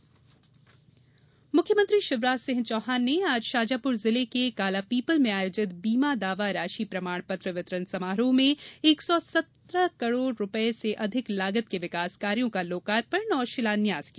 बीमा राशि मुख्यमंत्री शिवराज सिंह चौहान ने आज शाजापुर जिले के कालापीपल में आयोजित बीमा दावा राशि प्रमाण पत्र वितरण समारोह में एक सौ सत्रह करोड़ रूपये से अधिक लागत के विकास कार्यो का लोकार्पण और शिलान्यास किया